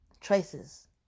Choices